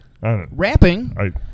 rapping